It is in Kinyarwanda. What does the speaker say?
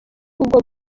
ubwo